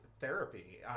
therapy